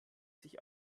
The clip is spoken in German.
sich